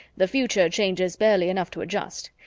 the future changes barely enough to adjust,